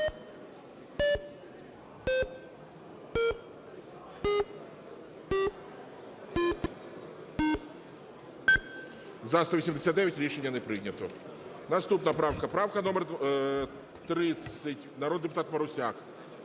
За-189 Рішення не прийнято. Наступна правка - правка номер 30, народний депутат Марусяк.